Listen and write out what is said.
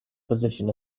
position